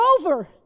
over